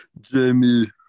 Jamie